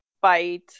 fight